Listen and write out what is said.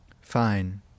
Fine